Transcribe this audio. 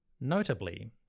Notably